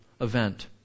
event